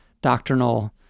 doctrinal